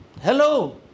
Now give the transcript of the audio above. Hello